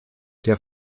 der